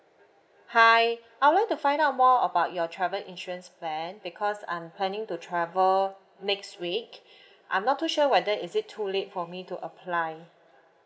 hi I would like to find out more about your travel insurance plan because I'm planning to travel next week I'm not too sure whether is it too late for me to apply